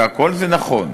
והכול זה נכון,